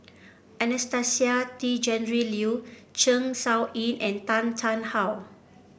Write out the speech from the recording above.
Anastasia Tjendri Liew Zeng Shouyin and Tan Tarn How